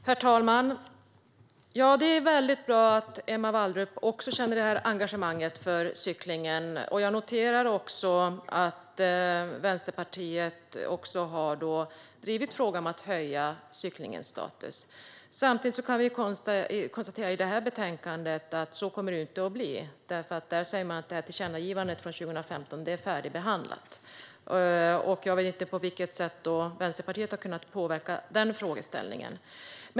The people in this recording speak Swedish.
Herr talman! Det är bra att Emma Wallrup också känner engagemang för cyklingen. Jag noterar också att även Vänsterpartiet har drivit frågan om att höja cyklingens status. Samtidigt kan vi i och med det här betänkandet konstatera att det inte kommer att bli på det sättet. Man säger nämligen att tillkännagivandet från 2015 är färdigbehandlat. Jag vet inte på vilket sätt Vänsterpartiet har kunnat påverka den frågeställningen.